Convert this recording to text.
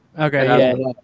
okay